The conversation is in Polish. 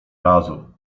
razu